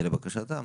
זה לבקשתם.